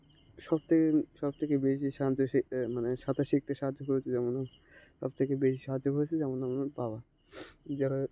সব থেকে সব থেকে বেশি সাহায্য মানে সাঁতার শিখতে সাহায্য করেছে যেমন সবথেকে বেশি সাহায্য করেছে যেমন আমার বাবা যারা